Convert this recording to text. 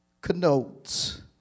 connotes